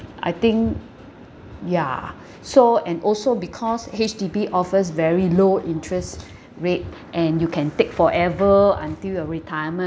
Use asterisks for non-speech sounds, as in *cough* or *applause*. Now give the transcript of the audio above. I think ya *breath* so and also because H_D_B offers very low interest *breath* rate and you can take forever until your retirement